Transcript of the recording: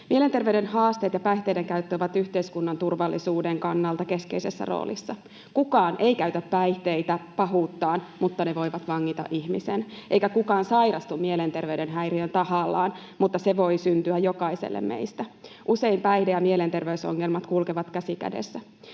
Mielenterveyden haasteet ja päihteiden käyttö ovat yhteiskunnan turvallisuuden kannalta keskeisessä roolissa. Kukaan ei käytä päihteitä pahuuttaan, mutta ne voivat vangita ihmisen, eikä kukaan sairastu mielenterveyden häiriöön tahallaan, mutta se voi syntyä jokaiselle meistä. Usein päihde- ja mielenterveysongelmat kulkevat käsi kädessä.